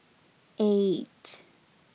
eight